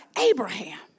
Abraham